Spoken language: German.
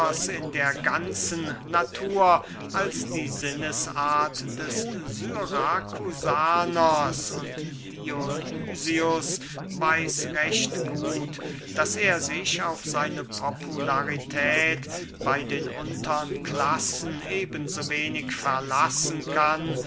in der ganzen natur als die sinnesart des syrakusaners und dionysius weiß recht gut daß er sich auf seine popularität bey den untern klassen eben so wenig verlassen kann